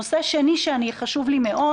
נושא שני שחשוב לי מאוד